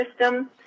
system